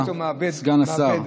סגן השר.